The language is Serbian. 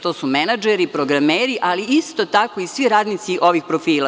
To su menadžeri, programeri, ali isto tako i svi radnici ovih profila.